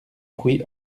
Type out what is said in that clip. fruits